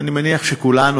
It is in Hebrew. אני מניח שכולנו,